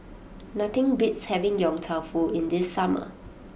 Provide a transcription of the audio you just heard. nothing beats having Yong Tau Foo in the summer